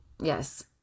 yes